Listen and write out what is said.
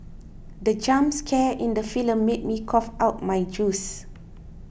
the jump scare in the film made me cough out my juice